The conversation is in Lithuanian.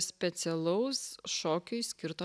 specialaus šokiui skirto